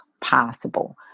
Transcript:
possible